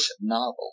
novel